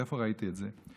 איפה ראיתי את זה?